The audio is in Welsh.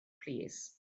plîs